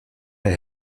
had